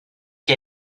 que